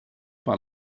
par